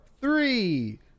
three